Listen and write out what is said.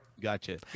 Gotcha